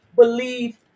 believe